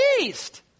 east